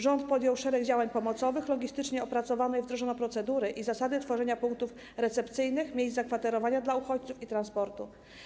Rząd podjął szereg działań pomocowych, logistycznie opracowano i wdrożono procedury i zasady tworzenia punktów recepcyjnych, miejsc zakwaterowania dla uchodźców i transportu.